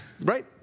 right